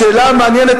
"שאלה מעניינת,